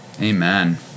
Amen